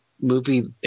movie